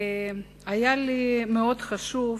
היה לי מאוד חשוב,